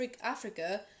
Africa